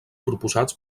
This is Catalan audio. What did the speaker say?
proposats